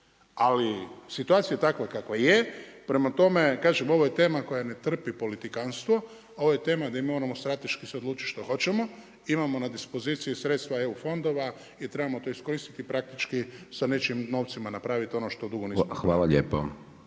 je situacija takva kakva je, prema tome kažem, ovo je tema koja ne trpi politikanstvo, ova je tema di moramo strateški se odlučiti što hoćemo, imamo na dispoziciji sredstva EU fondova i trebamo to iskoristiti praktički sa nečim novcima napraviti ono što dugo nismo. **Hajdaš